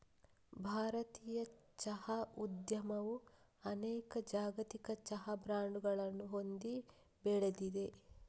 ಭಾರತೀಯ ಚಹಾ ಉದ್ಯಮವು ಅನೇಕ ಜಾಗತಿಕ ಚಹಾ ಬ್ರಾಂಡುಗಳನ್ನು ಹೊಂದಿ ಬೆಳೆದಿದೆ